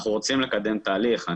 אנחנו רוצים לקדם תהליך.